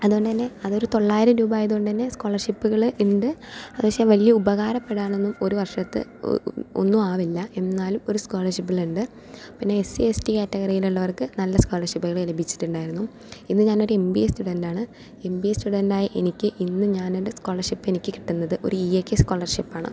അതുകൊണ്ട് തന്നെ അതൊരു തൊള്ളായിരം രൂപ ആയത് കൊണ്ട് തന്നെ സ്കോളർഷിപ്പ്കള് ഉണ്ട് അതു പക്ഷെ വലിയ ഉപകാരപ്പെടാനൊന്നും ഒരു വർഷത്തെ ഒ ഒന്നും ആവില്ല എന്നാലും ഒരു സ്കോളർഷിപ്പിലെണ്ട് പിന്നെ എസ്സി എസ്റ്റി കാറ്റഗറിയിലുള്ളവർക്ക് നല്ല സ്കോളർഷിപ്പുകള് ലഭിച്ചിട്ടുണ്ടായിരുന്നു ഇന്ന് ഞാനൊരു എം ബി എ സ്റ്റുഡൻറ് ആണ് എം ബി എ സ്റ്റുഡന്റായ എനിക്ക് ഇന്ന് ഞാനെൻ്റെ സ്കോളർഷിപ്പ് എനിക്ക് കിട്ടുന്നത് ഒരു ഇ എ കെ സ്കോളർഷിപ്പാണ്